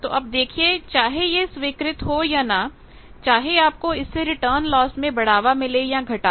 तो अब देखिए चाहे यह स्वीकृत हो या ना चाहे आपको इससे रिटर्न लॉस में बढ़ावा मिले या घटाव